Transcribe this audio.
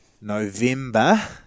November